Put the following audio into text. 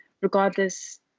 Regardless